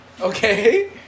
Okay